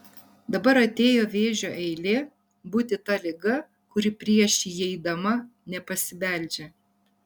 dabar atėjo vėžio eilė būti ta liga kuri prieš įeidama nepasibeldžia